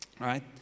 Right